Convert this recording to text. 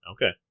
Okay